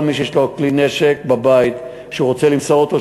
כל מי שיש לו כלי נשק בבית ורוצה למסור אותו,